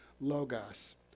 logos